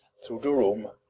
through the room,